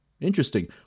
Interesting